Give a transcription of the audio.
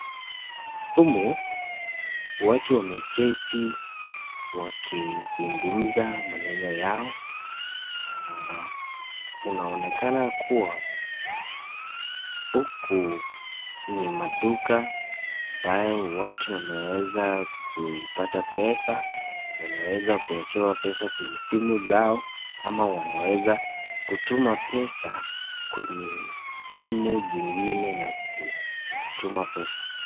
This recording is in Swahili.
Humu watu wameketi wakizungumza maneno yao na unaonekana kuwa huku ni maduka ambayo watu wanaweza kuipata pesa, wanaweza kuwekewa pesa kwenye simu zao ama wanaweza kutuma pesa kwenye simu zingine na kutuma pesa.